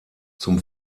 zum